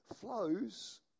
flows